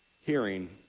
hearing